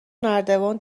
نردبان